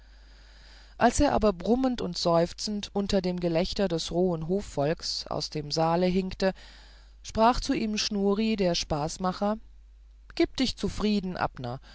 als er aber brummend und seufzend unter dem gelächter des rohen hofvolks aus dem saale hinkte sprach zu ihm schnuri der spaßmacher gib dich zufrieden abner